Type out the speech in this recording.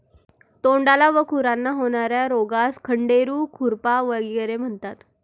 तोंडाला व खुरांना होणार्या रोगास खंडेरू, खुरपा वगैरे म्हणतात